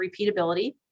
repeatability